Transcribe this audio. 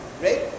right